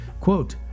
Quote